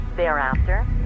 Thereafter